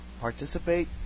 participate